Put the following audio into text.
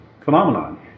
phenomenon